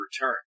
return